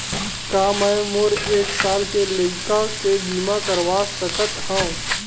का मै मोर एक साल के लइका के बीमा करवा सकत हव?